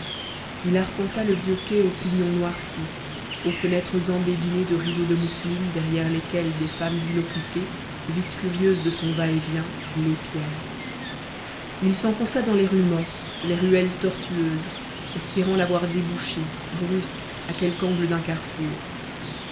il arpenta le vieux quai aux pignons noircis aux fenêtres embéguinées de rideaux de mousseline derrière lesquels des femmes inoccupées vite curieuses de son va-et-vient l'épièrent il s'enfonça dans les rues mortes les ruelles tortueuses espérant la voir déboucher brusque à quelque angle d'un carrefour